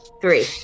three